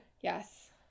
yes